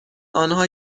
آنها